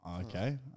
Okay